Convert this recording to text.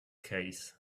case